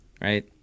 right